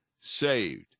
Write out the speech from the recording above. saved